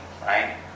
right